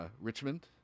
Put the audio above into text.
Richmond